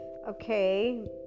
Okay